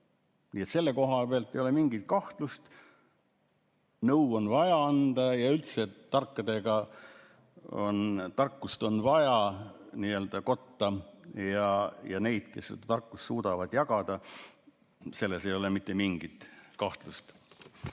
Nii et selle koha pealt ei ole mingit kahtlust: nõu on vaja anda ja üldse on tarkust vaja nii-öelda kotta ja neid, kes seda tarkust suudavad jagada. Selles ei ole mitte mingit kahtlust.